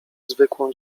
zwykłą